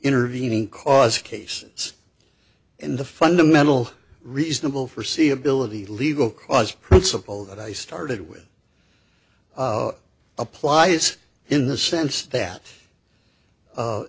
intervening cause case it's in the fundamental reasonable for see ability legal clause principle that i started with applies in the sense that